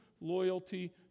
loyalty